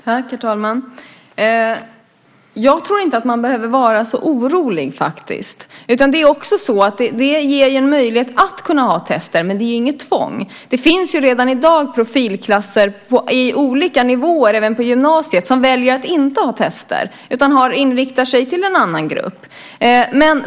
Herr talman! Jag tror inte att man behöver vara så orolig. Det är ju också så att här ges en möjlighet att ha tester, men det är inget tvång. Det finns redan i dag profilklasser på olika nivåer, även på gymnasiet, där man väljer att inte ha tester, utan de inriktas på en annan grupp.